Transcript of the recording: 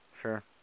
sure